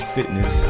Fitness